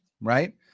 right